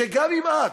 שגם אם את,